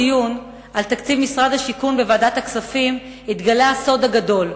בדיון על תקציב משרד השיכון בוועדת הכספים התגלה הסוד הגדול,